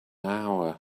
hour